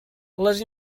les